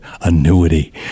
annuity